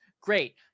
Great